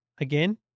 Again